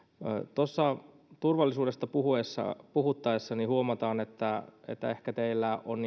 tuossa turvallisuudesta puhuttaessa puhuttaessa huomataan että että ehkä teillä on